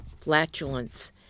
flatulence